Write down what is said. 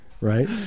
Right